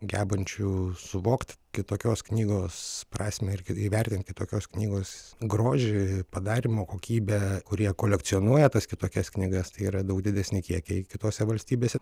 gebančių suvokt kitokios knygos prasmę ir ki įvertint tokios knygos grožį padarymo kokybę kurie kolekcionuoja tas kitokias knygas tai yra daug didesni kiekiai kitose valstybėse